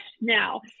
now